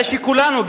הרי כולנו,